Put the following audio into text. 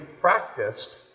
practiced